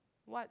what